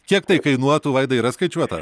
kiek tai kainuotų vaidai yra skaičiuota